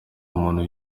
umuntu